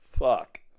Fuck